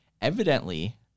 evidently